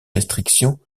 restrictions